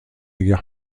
gare